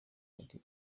ari